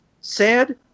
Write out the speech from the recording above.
sad